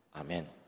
Amen